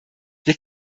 wir